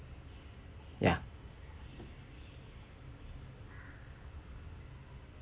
ya